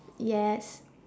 yes